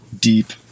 deep